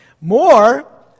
More